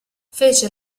fece